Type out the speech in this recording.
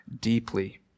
deeply